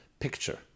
picture